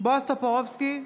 בועז טופורובסקי,